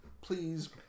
please